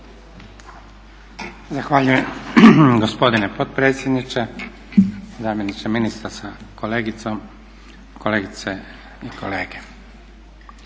Zahvaljujem gospodine potpredsjedniče, zamjeniče ministra sa kolegicom, kolegice i kolege.